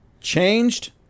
Changed